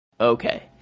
okay